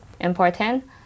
important